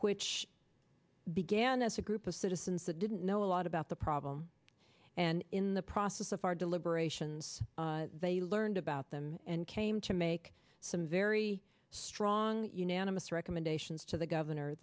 which began as a group of citizens that didn't know a lot about the problem and in the process of our deliberations they learned about them and came to make some very strong unanimous recommendations to the governor